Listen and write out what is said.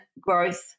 growth